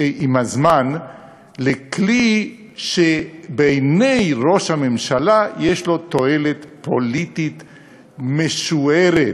הזמן לכלי שבעיני ראש הממשלה יש לו תועלת פוליטית משוערת,